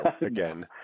again